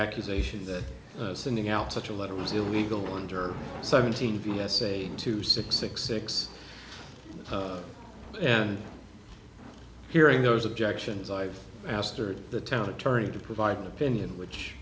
accusation that sending out such a letter was illegal under seventeen of us eight to six six six and hearing those objections i've asked or the town attorney to provide an opinion which